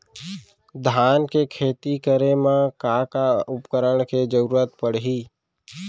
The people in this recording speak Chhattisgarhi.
धान के खेती करे मा का का उपकरण के जरूरत पड़हि?